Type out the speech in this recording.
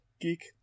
Geek